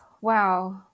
wow